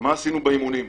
מה עשינו באימונים.